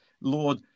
Lord